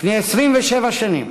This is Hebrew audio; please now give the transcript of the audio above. לפני 27 שנים,